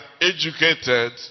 educated